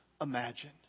imagine